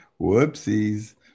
whoopsies